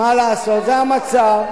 מה לעשות, זה המצב.